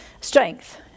strength